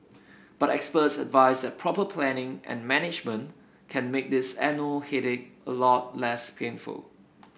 but experts advise that proper planning and management can make this annual headache a lot less painful